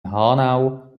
hanau